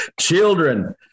children